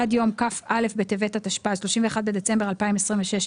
עד יום כ"א בטבת התשפ"ז (31 בדצמבר 2026),